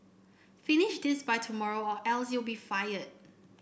finish this by tomorrow or else you'll be fired